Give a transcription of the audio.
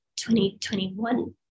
2021